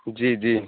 جی جی